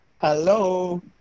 Hello